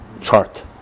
chart